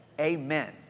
amen